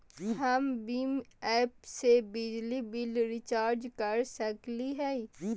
हम भीम ऐप से बिजली बिल रिचार्ज कर सकली हई?